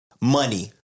money